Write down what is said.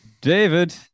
David